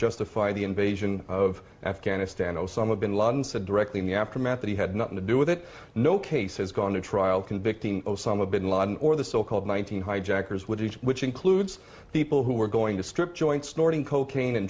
justify the invasion of afghanistan osama bin laden said directly in the aftermath that he had nothing to do with it no case has gone to trial convicting osama bin laden or the so called one thousand hijackers with which includes people who were going strip joint snorting cocaine and